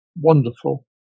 wonderful